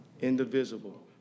indivisible